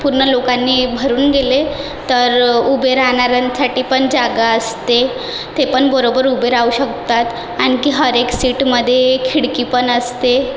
पूर्ण लोकांनी भरून गेले तर उभे राहणाऱ्यांसाठीपण जागा असते तेपण बरोबर उभे राहू शकतात आणखी हरएक सीटमधे खिडकी पण असते